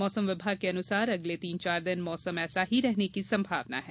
मौसम विभाग के अनुसार अगले तीन चार दिन मौसम ऐसा ही रहने की संभावना है